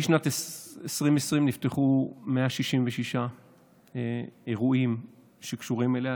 משנת 2020 נפתחו 166 אירועים שקשורים אליה,